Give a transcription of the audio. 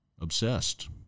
obsessed